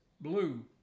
blue